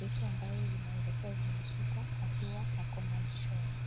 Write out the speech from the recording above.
vitu ambavyo vinaweza kuwa vimeshika akiwa ako malishoni.